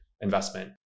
investment